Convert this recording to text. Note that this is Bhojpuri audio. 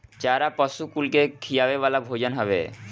चारा पशु कुल के खियावे वाला भोजन हवे